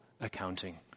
accounting